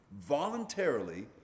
voluntarily